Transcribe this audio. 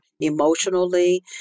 emotionally